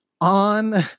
on